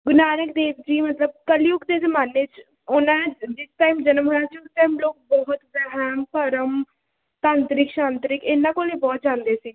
ਗੁਰੂ ਨਾਨਕ ਦੇਵ ਜੀ ਮਤਲਬ ਕਲਯੁੱਗ ਦੇ ਜ਼ਮਾਨੇ 'ਚ ਉਹਨਾਂ ਜਿਸ ਟਾਈਮ ਜਨਮ ਹੋਇਆ ਸੀ ਉਸ ਟਾਈਮ ਲੋਕ ਬਹੁਤ ਵਹਿਮ ਭਰਮ ਤਾਂਤਰਿਕ ਸ਼ਾਂਤਰਿਕ ਇਹਨਾਂ ਕੋਲ ਬਹੁਤ ਜਾਂਦੇ ਸੀ